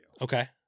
Okay